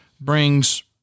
brings